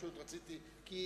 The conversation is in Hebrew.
רציתי לומר,